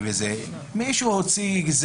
זה מישהו פרטי.